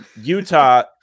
Utah